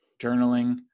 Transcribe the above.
journaling